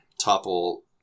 topple